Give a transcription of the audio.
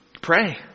Pray